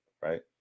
right